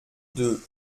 deux